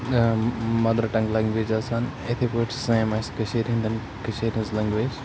mother tongue language آسان یِتھَے پٲٹھۍ چھِ آسان یِم اَسہِ کٔشیٖرِ ہٕنٛدٮ۪ن کٔشیٖرِ ہٕنٛز لںٛگویج